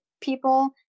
people